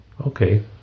okay